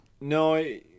No